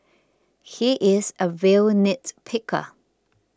he is a real nitpicker